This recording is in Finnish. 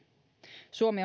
suomi